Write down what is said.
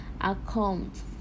account